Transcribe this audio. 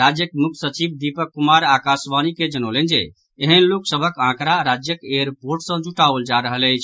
राज्यक मुख्य सचिव दीपक कुमार आकाशवाणी के जनौलनि जे एहन लोक सभक आंकड़ा राज्यक एयरपोर्ट सँ जुटाओल जा रहल अछि